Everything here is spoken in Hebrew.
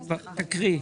תקריא.